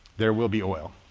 there will be oil.